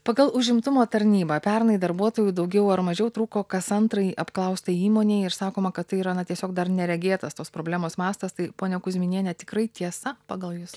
pagal užimtumo tarnybą pernai darbuotojų daugiau ar mažiau trūko kas antrai apklaustai įmonei ir sakoma kad tai yra na tiesiog dar neregėtas tos problemos mastas tai ponia kuzminiene tikrai tiesa pagal jus